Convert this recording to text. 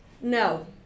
no